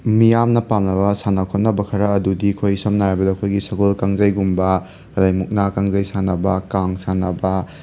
ꯃꯤꯌꯥꯝꯅ ꯄꯥꯝꯅꯕ ꯁꯥꯟꯅ ꯈꯣꯠꯅꯕ ꯈꯔ ꯑꯗꯨꯗꯤ ꯑꯩꯈꯣꯏ ꯁꯝꯅ ꯍꯥꯏꯔꯕꯗ ꯑꯩꯈꯣꯏꯒꯤ ꯁꯒꯣꯜ ꯀꯥꯡꯖꯩꯒꯨꯝꯕ ꯑꯗꯒꯤ ꯃꯨꯛꯅꯥ ꯀꯥꯡꯖꯩ ꯁꯥꯟꯅꯕ ꯀꯥꯡ ꯁꯥꯟꯅꯕ